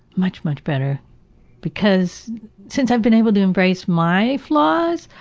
much, much better because since i've been able to embrace my flaws,